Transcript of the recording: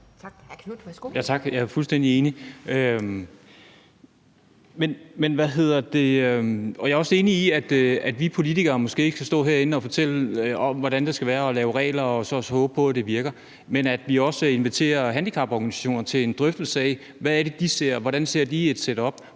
Tak. Jeg er fuldstændig enig. Og jeg er også enig i, at vi politikere måske ikke skal stå herinde og fortælle, hvordan det skal være, og lave regler og så håbe på, at de virker, men at vi også skal invitere handicaporganisationerne til en drøftelse af, hvad de ser, og hvordan de ser et setup